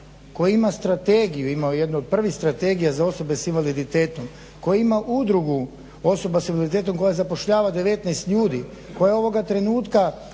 koji ima strategiju, imao je jednu od prvih strategija za osobe s invaliditetom, koji ima Udrugu osoba s invaliditetom koja zapošljava 19 ljudi koja ovoga trenutka